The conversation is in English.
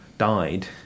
died